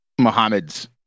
Mohammeds